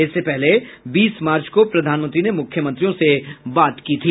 इससे पहले बीस मार्च को प्रधानमंत्री ने मुख्यमंत्रियों से बात की थी